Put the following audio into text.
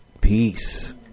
Peace